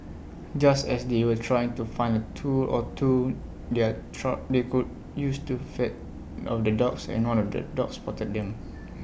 just as they were trying to find A tool or two they are try they could use to fend off the dogs one of the dogs spotted them